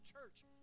church